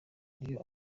buryo